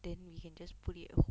then we can just put it at home